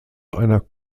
einer